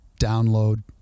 download